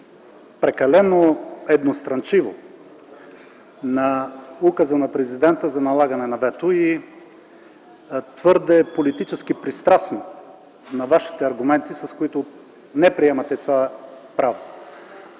прекалено едностранчиво на Указа на Президента за налагане на вето и твърде политически пристрастни са Вашите аргументи, с които не приемате това право.